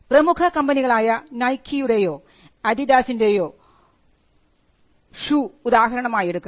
പ്രമുഖ കമ്പനികളായ നൈക്കീയുടേയോ അഡിഡാസിൻറെയോ ഷൂ ഉദാഹരണമായെടുക്കാം